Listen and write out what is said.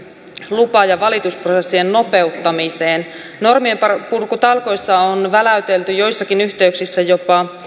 lupa ja valitusprosessien nopeuttamiseen normienpurkutalkoissa on väläytelty joissain yhteyksissä jopa